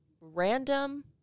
random